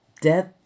death